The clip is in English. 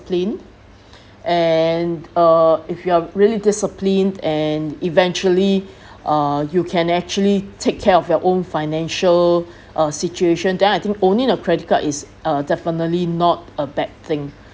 and uh if you are really disciplined and eventually uh you can actually take care of your own financial uh situation then I think owning a credit card is uh definitely not a bad thing